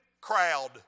crowd